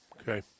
Okay